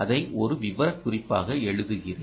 அதை ஒரு விவரக்குறிப்பாக எழுதுகிறேன்